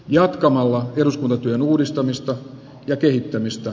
jatkamalla eduskuntatyön uudistamista ja kehittämistä